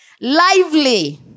lively